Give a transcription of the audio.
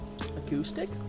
Acoustic